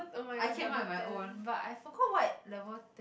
I came up with my own but I forgot what level